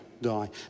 die